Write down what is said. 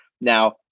Now